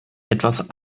etwas